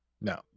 no